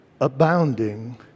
abounding